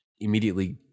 immediately